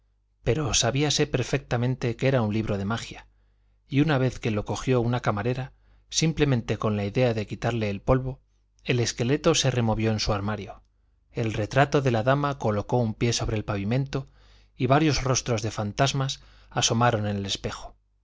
pero sabíase perfectamente que era un libro de magia y una vez que lo cogió una camarera simplemente con la idea de quitarle el polvo el esqueleto se removió en su armario el retrato de la dama colocó un pie sobre el pavimento y varios rostros de fantasmas asomaron en el espejo